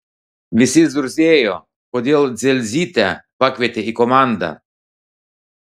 visi zurzėjo kodėl dzelzytę pakvietė į komandą